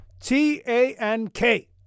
T-A-N-K